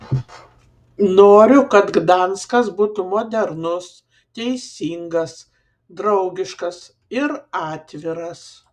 noriu kad gdanskas būtų modernus teisingas draugiškas ir atviras